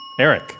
Eric